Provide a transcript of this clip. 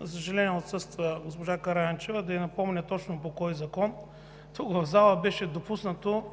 за съжаление, отсъства госпожа Караянчева, да ѝ напомня точно по кой закон тук, в залата, беше допуснато